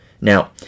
Now